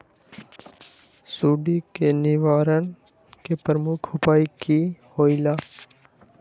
सुडी के निवारण के प्रमुख उपाय कि होइला?